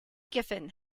giffen